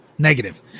Negative